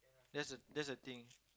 that's that's the thing